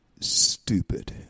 stupid